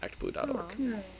actblue.org